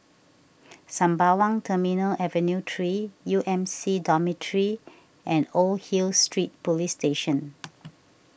Sembawang Terminal Avenue three U M C Dormitory and Old Hill Street Police Station